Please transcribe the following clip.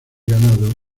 ganado